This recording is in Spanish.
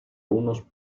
unos